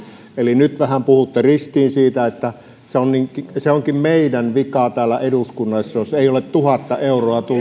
nyt vähän puhutte ristiin siitä että se onkin meidän vikamme täällä eduskunnassa jos ei ole tuhatta euroa tullut